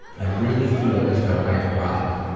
i really feel as though i have arrived.